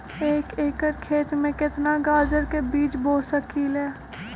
एक एकर खेत में केतना गाजर के बीज बो सकीं ले?